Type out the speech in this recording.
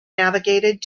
navigated